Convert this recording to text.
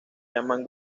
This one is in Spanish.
llaman